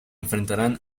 enfrentarán